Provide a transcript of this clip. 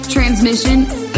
Transmission